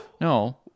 No